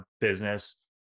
business